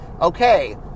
okay